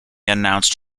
announced